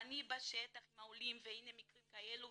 ואני בשטח עם העולים והנה מקרים כאלה,